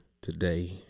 today